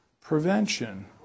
prevention